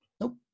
Nope